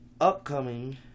upcoming